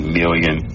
million